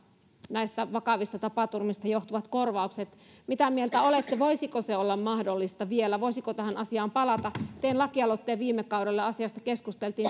näistä vakavista tapaturmista johtuvat korvaukset mitä mieltä olette voisiko se olla mahdollista vielä voisiko tähän asiaan palata tein lakialoitteen viime kaudella ja asiasta keskusteltiin